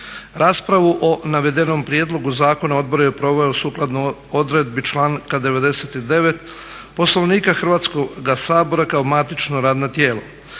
Raspravu o navedenom prijedlogu zakona odbor je proveo sukladno odredbi članka 99. Poslovnika Hrvatskoga sabora kao matično radno tijelo.